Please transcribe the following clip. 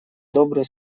добрые